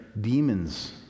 demons